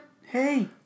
Hey